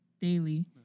daily